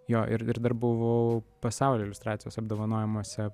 jo ir ir dar buvau pasaulio iliustracijos apdovanojimuose